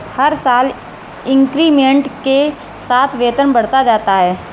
हर साल इंक्रीमेंट के साथ वेतन बढ़ता जाता है